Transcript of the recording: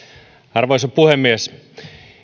arvoisa puhemies